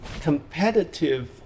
Competitive